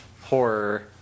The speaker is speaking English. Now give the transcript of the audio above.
horror